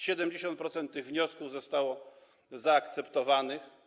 70% tych wniosków zostało zaakceptowanych.